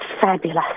fabulous